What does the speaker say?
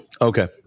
Okay